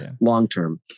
long-term